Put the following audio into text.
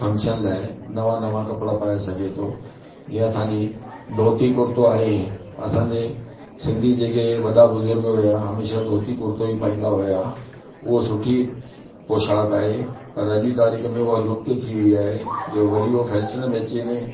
function लाइ नवा नवा कपिड़ा पाए सघे थो जीअं असांजी धोती कुरतो आहे असांजे सिंधी जेके इहे वॾा बुज़ुर्ग हुआ हमेशह धोती कुरतो ई पाईंदा हुआ उहो सुठी पोशाक आहे पर अॼु जी तारीख में उहो सुठी पोशाक आहे पर अॼु ई तारीख़ में उहा लुप्त थी वई आहे जो वरी उहा फैशन में अची वञे